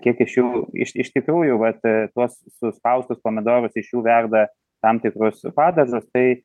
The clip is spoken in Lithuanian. kiek iš jų iš iš tikrųjų vat tuos suspaustus pomidorus iš jų verda tam tikrus padažus tai